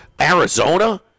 Arizona